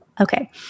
Okay